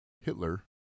Hitler